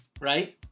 Right